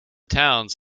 towns